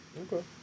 Okay